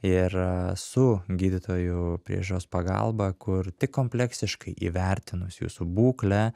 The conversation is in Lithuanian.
ir su gydytojų priežiūros pagalba kur tik kompleksiškai įvertinus jūsų būklę